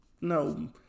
No